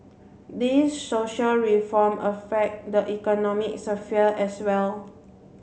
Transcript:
these social reform affect the economic sphere as well